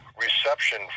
reception